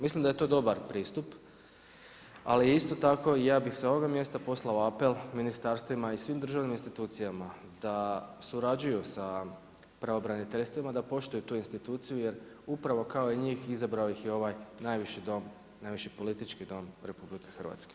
Mislim da je to dobar pristup ali isto tako ja bi sa ovoga mjesta poslao apel ministarstvima i svim državnim institucijama da surađuju sa pravobraniteljstvima, da poštuju tu instituciju jer upravo kao i njih, izabrao ih je ovaj najviši Dom, najviši politički Dom RH.